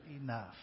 enough